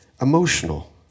emotional